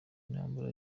intambara